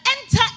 enter